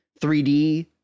3d